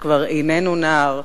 שכבר איננו נער,